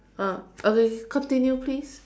ah okay okay continue please